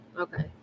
okay